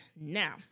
Now